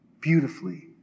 beautifully